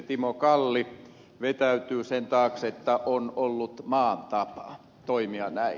timo kalli vetäytyy sen taakse että on ollut maan tapa toimia näin